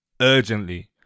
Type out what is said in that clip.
urgently